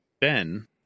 Ben